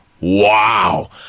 Wow